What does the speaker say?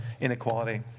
inequality